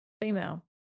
female